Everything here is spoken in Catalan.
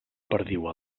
perdiu